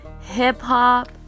hip-hop